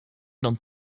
dan